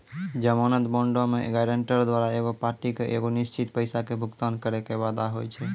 जमानत बांडो मे गायरंटर द्वारा एगो पार्टी के एगो निश्चित पैसा के भुगतान करै के वादा होय छै